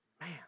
Man